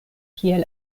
kiel